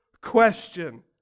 question